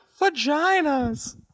Vaginas